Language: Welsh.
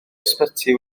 ysbyty